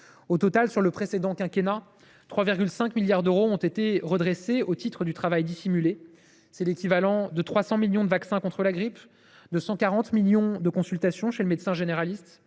Au total, sur le précédent quinquennat, 3,5 milliards d’euros ont été redressés au titre du travail dissimulé. C’est l’équivalent de 300 millions de vaccins contre la grippe, de 140 millions de consultations chez le médecin généraliste